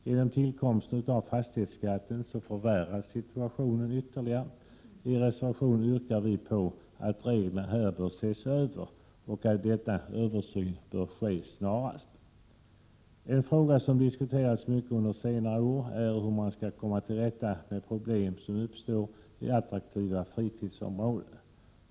Genom tillkomsten av fastighetsskatten förvärras situationen ytterligare. I reservationen yrkar vi att reglerna ses över och att denna översyn sker snarast. En fråga som diskuterats mycket under senare år är hur man skall komma till rätta med problem som uppstår i attraktiva fritidsområden.